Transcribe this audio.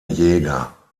jäger